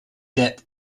dip